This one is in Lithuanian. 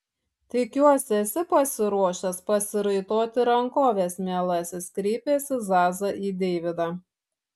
tikiuosi esi pasiruošęs pasiraitoti rankoves mielasis kreipėsi zaza į deividą